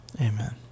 Amen